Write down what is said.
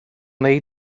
wnei